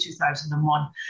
2001